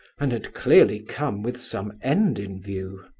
and had clearly come with some end in view.